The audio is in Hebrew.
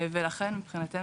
ולכן מבחינתנו,